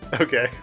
Okay